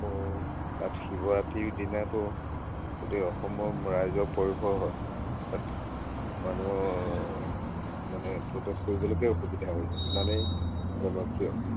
তাত শিৱৰাত্ৰিৰ দিনাতো গোটেই অসমৰ ৰাইজৰ পয়োভৰ হয় তাত মানুহৰ মানে প্ৰৱেশ কৰিবলৈকে অসুবিধা হৈ যায় ইমানেই জনপ্ৰিয়